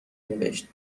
نوشت